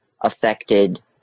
affected